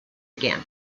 again